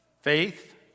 Faith